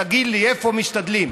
תגיד לי, איפה משתדלים?